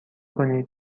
کنید